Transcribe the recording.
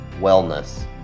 wellness